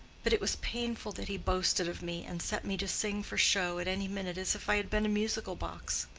but it was painful that he boasted of me, and set me to sing for show at any minute, as if i had been a musical box.